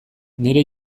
nire